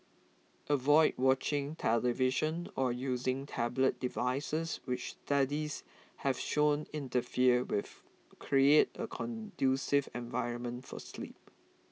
avoid watching television or using tablet devices which studies have shown interfere with create a conducive environment for sleep